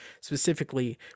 specifically